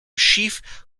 sheaf